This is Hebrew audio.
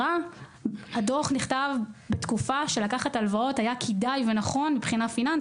הדוח נכתב בתקופה שבה היה כדאי ונכון לקחת הלוואה.